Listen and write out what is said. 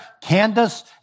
Candace